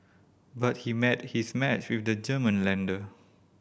but he met his match with the German lender